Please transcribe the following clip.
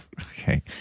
okay